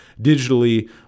digitally